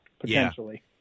potentially